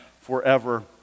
forever